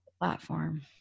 Platform